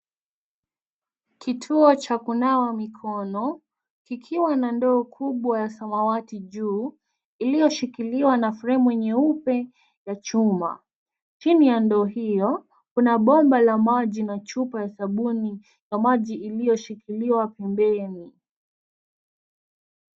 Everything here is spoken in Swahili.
Kituo cha kunawa mikono kikiwa na ndoo kubwa ya samawati juu iliyoshikiliwa na fremu nyeupe na chuma. Chini ya ndoo hio, kuna bomba la maji na chupa ya sabuni na maji iliyoshikiliwa pembeni.